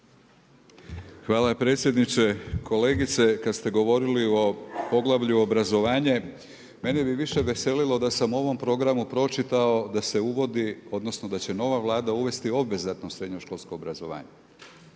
Hvala predsjedniče. Kolegice, kada ste govorili o poglavlju obrazovanje, mene bi više veselilo da sam u ovom programu pročitao da se uvodi odnosno da će nova Vlada uvesti obvezatno srednjoškolsko obrazovanje,